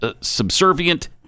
subservient